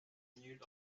nul